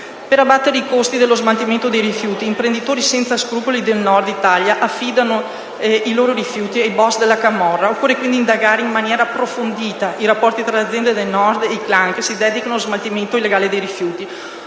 Per abbattere i costi dello smaltimento dei rifiuti, imprenditori senza scrupoli del Nord Italia affidano i loro rifiuti ai *boss* della camorra. Occorre quindi indagare in maniera approfondita i rapporti tra le aziende del Nord e i *clan* che si dedicano allo smaltimento illegale dei rifiuti.